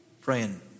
praying